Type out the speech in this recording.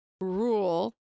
rule